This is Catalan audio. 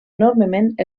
enormement